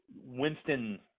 Winston